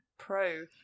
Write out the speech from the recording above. pro